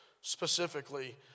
specifically